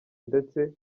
ndetse